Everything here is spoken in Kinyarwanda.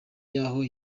yaho